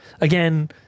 again